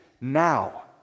now